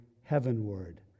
heavenward